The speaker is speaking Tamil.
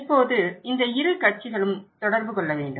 இப்போது இந்த இரு கட்சிகளும் தொடர்பு கொள்ள வேண்டும்